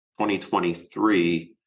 2023